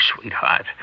sweetheart